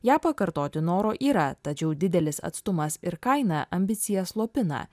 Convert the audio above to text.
ją pakartoti noro yra tačiau didelis atstumas ir kaina ambicijas slopina